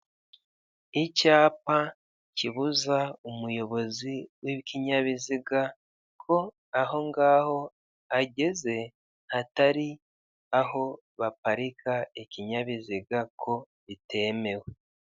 Icyapa kibuza umuyobozi w'ikinyabiziga ko ahongaho ageze hatari aho baparika ikinyabiziga ko bitemewe.